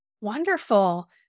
Wonderful